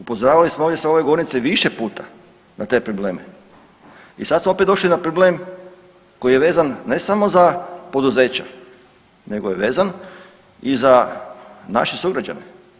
Upozoravali smo s ove govornice više puta na te probleme i sad smo opet došli na problem koji je vezan ne samo za poduzeća, nego je vezan i za naše sugrađane.